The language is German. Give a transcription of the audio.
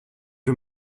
wir